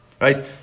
Right